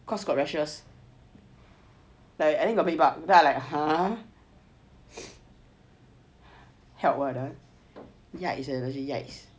cause got rashes I think got bed bug I !huh! it's a legit yikes